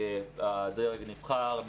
הדרג הנבחר,